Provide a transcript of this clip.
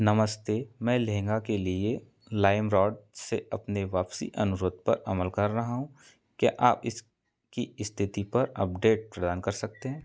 नमस्ते मैं लहंगा के लिए लाइमरॉड से अपने वापसी अनुरोध पर अमल कर रहा हूँ क्या आप इसकी स्थिति पर अपडेट प्रदान कर सकते हैं